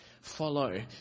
follow